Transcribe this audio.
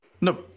No